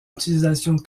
utilisation